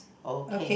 okay